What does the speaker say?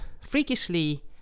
freakishly